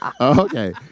Okay